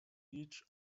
each